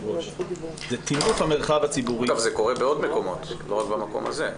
זה קורה בעוד מקומות ולא רק במקום הזה.